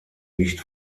nicht